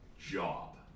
job